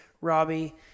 Robbie